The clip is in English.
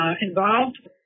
involved